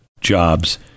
jobs